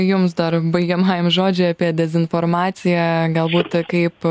jums dar baigiamajam žodžiui apie dezinformaciją galbūt kaip